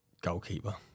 Goalkeeper